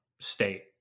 state